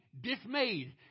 dismayed